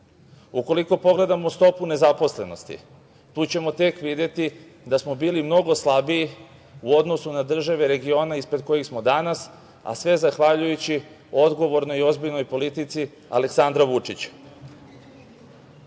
pogledamo stopu nezaposlenosti, tu ćemo tek videti da smo bili mnogo slabiji u odnosu na države regiona ispred kojih smo danas, a sve zahvaljujući odgovornoj i ozbiljnoj politici Aleksandra Vučića.